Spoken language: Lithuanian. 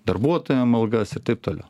darbuotojam algas ir taip toliau